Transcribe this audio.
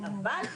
ב-2018,